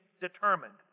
determined